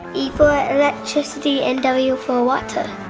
e for electricity, and w for water.